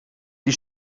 die